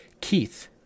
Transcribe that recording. Keith